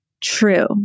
true